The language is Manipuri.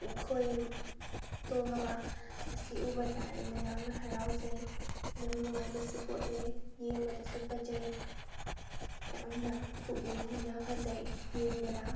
ꯈꯣꯏ ꯇꯣꯡꯂꯕ ꯑꯁꯤ ꯎꯕꯗ ꯑꯩꯅ ꯌꯥꯝꯅ ꯍꯔꯥꯎꯖꯩ ꯌꯥꯝ ꯅꯨꯡꯉꯥꯏꯕꯁꯨ ꯄꯣꯛꯑꯦ ꯌꯦꯡꯕꯗꯁꯨ ꯐꯖꯩ ꯌꯥꯝꯅ ꯄꯨꯛꯅꯤꯡ ꯍꯧꯅ ꯐꯖꯩ ꯌꯦꯡꯕꯗ